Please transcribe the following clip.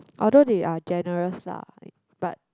although they are generous lah but